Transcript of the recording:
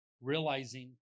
realizing